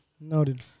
Noted